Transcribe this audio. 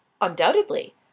Undoubtedly